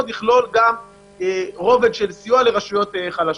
יכלול גם רובד של סיוע לרשויות חלשות.